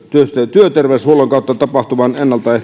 työterveyshuollon kautta tapahtuvan